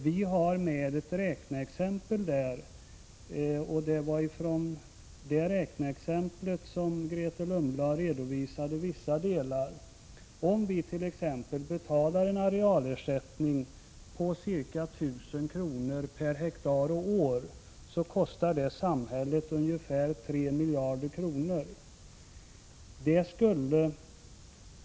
Vi har med ett räkneexempel där, och Grethe Lundblad redovisade vissa delar av det. Om vit.ex. betalar en arealersättning på ca 1 000 kr. per hektar och år, kostar det samhället ungefär 3 miljarder kronor.